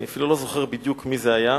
אני אפילו לא זוכר בדיוק מי זה היה,